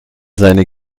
seine